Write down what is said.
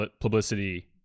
publicity